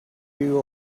you